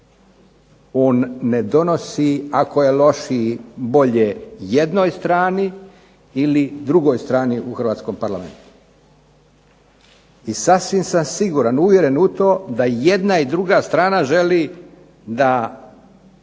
On ne donosi ako je lošiji bolje jednoj strani, ili drugoj strani u hrvatskom Parlamentu i sasvim sam siguran, uvjeren u to da i jedna i druga strana želi da